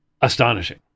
astonishing